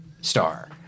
star